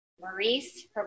Maurice